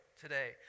today